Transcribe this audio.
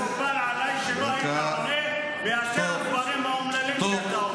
היה מקובל עליי אם לא היית עונה מאשר הדברים האומללים שאתה אומר.